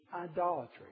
idolatry